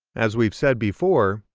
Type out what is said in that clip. as we've said before,